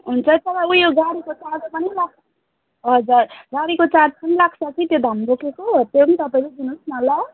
हुन्छ तर ऊ यो गाडीको चार्ज पनि लाग्छ हजुर गाडीको चार्ज पनि लाग्छ कि त्यो धान बोकेको त्यो पनि तपाईँले दिनुहोस् न ल